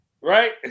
right